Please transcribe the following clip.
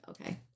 okay